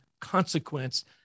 consequence